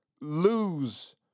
lose